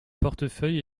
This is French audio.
portefeuille